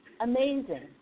Amazing